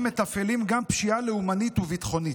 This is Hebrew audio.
מתפעלים גם פשיעה לאומנית וביטחונית.